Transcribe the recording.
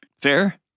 Fair